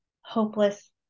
Hopeless